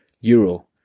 euro